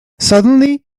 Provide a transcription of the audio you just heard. suddenly